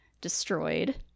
destroyed